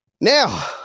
Now